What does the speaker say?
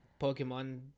Pokemon